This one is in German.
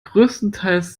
größtenteils